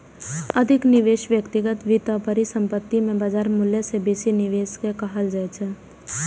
अधिक निवेश व्यक्तिगत वित्त आ परिसंपत्ति मे बाजार मूल्य सं बेसी निवेश कें कहल जाइ छै